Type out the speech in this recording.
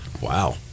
wow